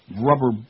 rubber